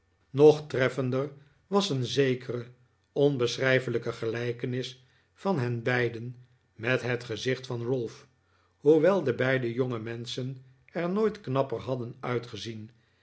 nog treffender was een een onverwachte tusschenkomst zekere onbeschrijfelijke gelijkenis van hen laeiden met het gezicht van ralph hoewel de beide jonge menschen er nooit knapper hadden uitgezien